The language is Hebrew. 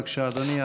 בבקשה, אדוני,